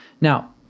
Now